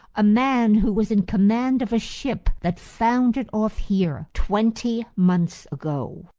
a man who was in command of a ship that foundered off here twenty months ago.